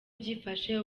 byifashe